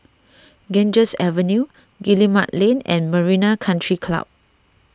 Ganges Avenue Guillemard Lane and Marina Country Club